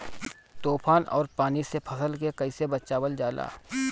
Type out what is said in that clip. तुफान और पानी से फसल के कईसे बचावल जाला?